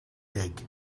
dig